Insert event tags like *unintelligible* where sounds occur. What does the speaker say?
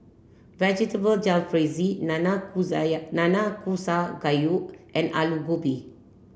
vegetable Jalfrezi *unintelligible* Nanakusa Gayu and Alu Gobi